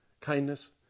kindness